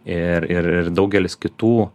ir ir ir daugelis kitų